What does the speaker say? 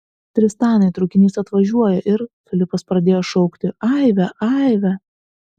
tristanai traukinys atvažiuoja ir filipas pradėjo šaukti aive aive